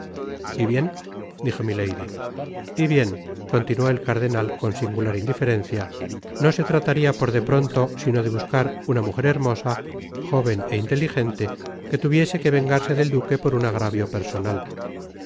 cabattos tiraron de sus miembros forcejando por espacio de media hora basta'descuartizarte vivo por de pronto sino de buscar una mujer hermosa jóven é inteligente que tuviese que vengarse del duque por un agravio personal